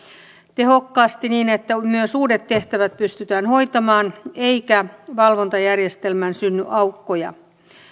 tehokkaasti niin että myös uudet tehtävät pystytään hoitamaan eikä valvontajärjestelmään synny aukkoja